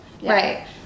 right